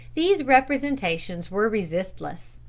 these representations were resistless.